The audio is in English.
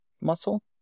muscle